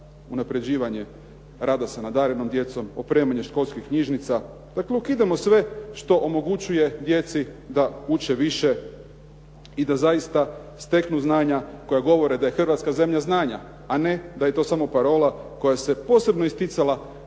unapređivanje rada sa nadarenom djecom, opremanje školskih knjižnica. Dakle ukidamo sve što omogućuje djeci da uče više i da zaista steknu znanja koja govore da je Hrvatska zemlja znanja, a ne da je to samo parola koja se posebno isticala